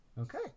Okay